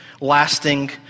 lasting